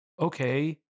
Okay